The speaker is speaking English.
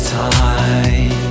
time